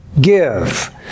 give